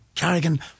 Carrigan